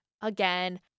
Again